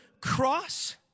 cross